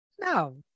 No